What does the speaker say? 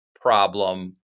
problem